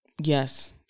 yes